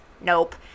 nope